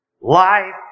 life